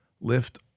Lift